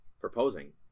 proposing